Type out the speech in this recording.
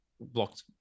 blocked